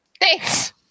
Thanks